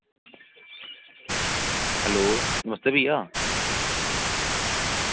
hello नमस्ते भइया